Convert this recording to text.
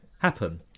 happen